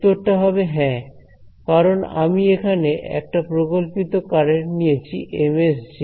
উত্তরটা হবে হ্যাঁ কারণ আমি এখানে একটা প্রকল্পিত কারেন্ট নিয়েছি MsJs